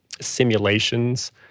simulations